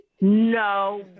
No